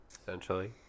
essentially